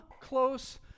close